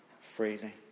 freely